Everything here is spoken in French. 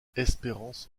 espérance